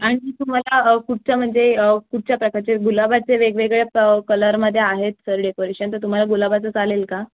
आणखीन तुम्हाला कुठचं म्हणजे कुठच्या प्रकारचे गुलाबाचे वेगवेगळे प कलरमध्ये आहेत सर डेकोरेशन तर तुम्हाला गुलाबाचं चालेल का